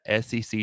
SEC